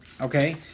okay